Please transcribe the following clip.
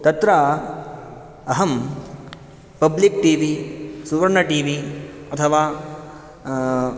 तत्र अहं public TV Suvarna TV अथवा